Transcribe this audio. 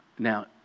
Now